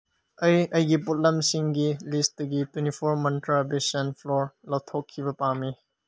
ꯑꯩ ꯑꯩꯒꯤ ꯄꯣꯠꯂꯝꯁꯤꯡꯒꯤ ꯂꯤꯁꯇꯒꯤ ꯇ꯭ꯋꯦꯟꯇꯤ ꯐꯣꯔ ꯃꯟꯇ꯭ꯔ ꯕꯦꯁꯟ ꯐ꯭ꯂꯣꯔ ꯂꯧꯊꯣꯛꯈꯤꯕ ꯄꯥꯝꯃꯤ